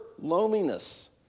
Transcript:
loneliness